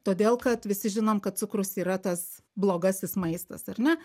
todėl kad visi žinom kad cukrus yra tas blogasis maistas ar ne